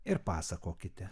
ir pasakokite